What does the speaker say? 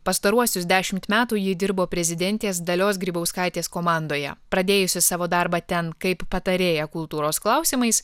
pastaruosius dešimt metų ji dirbo prezidentės dalios grybauskaitės komandoje pradėjusi savo darbą ten kaip patarėja kultūros klausimais